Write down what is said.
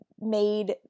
made